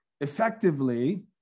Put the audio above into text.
effectively